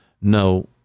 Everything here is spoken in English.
no